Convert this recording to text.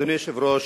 אדוני היושב-ראש,